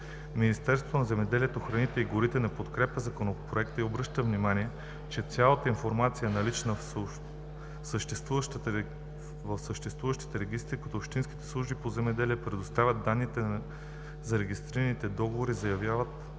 Министерството на земеделието, храните и горите не подкрепя законопроекта и обръща внимание, че цялата информация е налична в съществуващите регистри като общинските служби по земеделие предоставят данните за регистрираните договори, заявления